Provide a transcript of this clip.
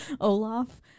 Olaf